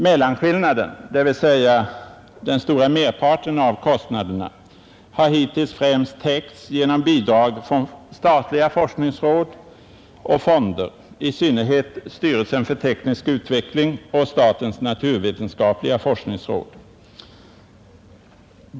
Mellanskillnaden, dvs. den stora merparten av kostnaderna, har hittills främst täckts genom bidrag från statliga forskningsråd och fonder, i synnerhet styrelsen för teknisk utveckling och statens naturvetenskapliga forskningsråd.